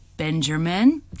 Benjamin